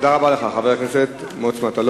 תודה רבה לך, חבר הכנסת מוץ מטלון.